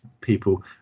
people